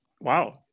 wow